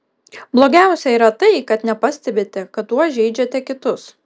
blogiausia yra tai kad nepastebite kad tuo žeidžiate kitus